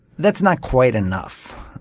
that's not quite enough.